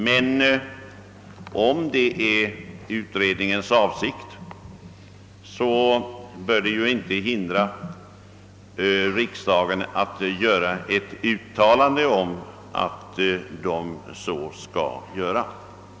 Men om detta är utredningens avsikt, så bör det ju inte hindra riksdagen att göra ett uttalande om att så skall ske.